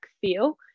feel